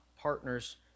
partners